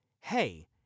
hey